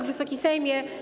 Wysoki Sejmie!